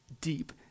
deep